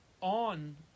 on